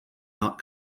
not